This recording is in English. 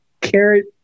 carrot